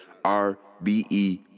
R-B-E